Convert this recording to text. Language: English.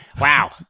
Wow